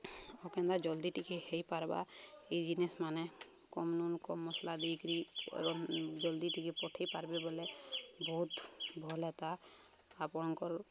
ଓ କେନ୍ତା ଜଲ୍ଦି ଟିକେ ହେଇପାର୍ବା ଏଇ ଜିନେଷ୍ମାନେ କମ୍ ନୁନ୍ କମ୍ ମସଲା ଦେଇିକିରି ଜଲ୍ଦି ଟିକେ ପଠେଇ ପାର୍ବେ ବୋଲେ ବହୁତ ଭଲ୍ ହେତା ଆପଣଙ୍କର